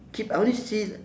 keep I only see